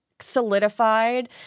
solidified